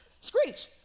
screech